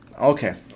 Okay